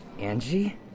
Angie